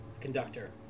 Conductor